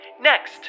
Next